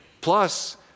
Plus